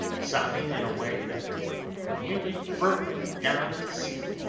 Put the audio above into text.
sobbing in a way that nearly broke me down to see.